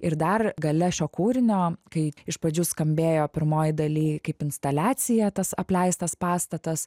ir dar gale šio kūrinio kai iš pradžių skambėjo pirmoj daly kaip instaliacija tas apleistas pastatas